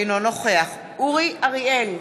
אינו נוכח אורי אריאל,